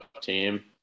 team